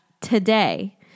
today